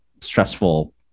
stressful